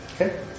Okay